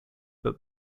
but